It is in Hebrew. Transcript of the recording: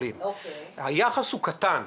היחס הוא קטן,